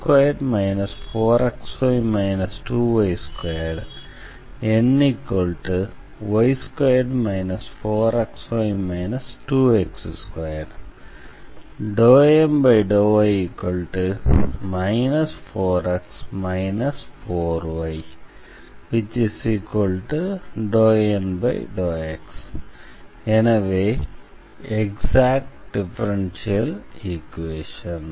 Mx2 4xy 2y2 Ny2 4xy 2x2 ∂M∂y 4x 4y∂N∂x எனவே exact differential equation